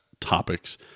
topics